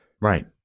Right